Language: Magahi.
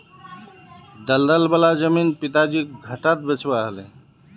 दलदल वाला जमीन पिताजीक घटाट बेचवा ह ले